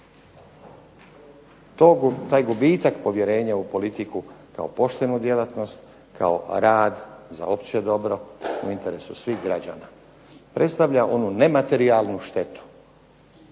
Taj gubitak povjerenja u politiku kao poštenu djelatnost, kao rad za opće dobro u interesu svih građana predstavlja onu nematerijalnu štetu,